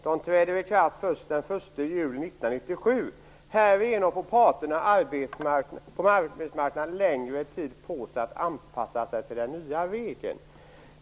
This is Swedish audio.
De träder i kraft först den 1 juli 1997. Härigenom får parterna på arbetsmarknaden längre tid på sig att anpassa sig till den nya regeln.